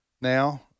now